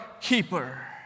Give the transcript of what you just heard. keeper